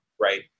right